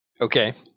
Okay